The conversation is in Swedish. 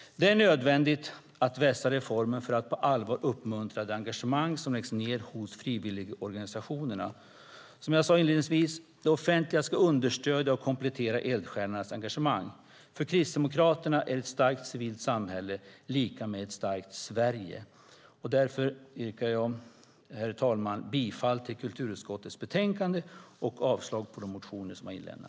Det är nödvändigt att vässa reformen för att på allvar uppmuntra det engagemang som läggs ned hos frivilligorganisationerna. Som jag sade inledningsvis ska det offentliga understödja och komplettera eldsjälarnas engagemang. För Kristdemokraterna är ett starkt civilt samhälle lika med ett starkt Sverige. Herr talman! Jag yrkar bifall till förslaget i kulturutskottets betänkande och avslag på motionerna.